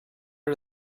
are